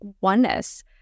oneness